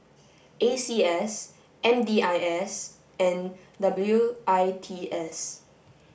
A C S M D I S and W I T S